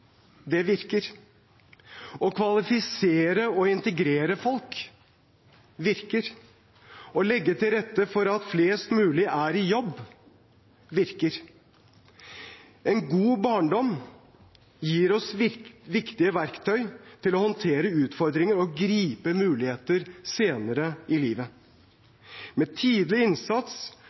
virker. Å kvalifisere og integrere folk virker. Å legge til rette for at flest mulig er i jobb, virker. En god barndom gir oss viktige verktøy til å håndtere utfordringer og gripe muligheter senere i livet. Med tidlig innsats